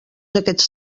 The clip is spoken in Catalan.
aquests